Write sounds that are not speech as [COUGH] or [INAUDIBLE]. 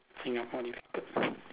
Singapore need to [NOISE]